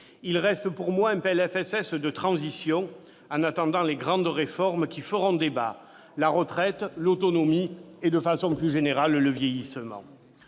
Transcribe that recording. il reste à mes yeux un texte de transition, en attendant les grandes réformes qui feront débat : la retraite, l'autonomie et, de façon plus générale, le vieillissement.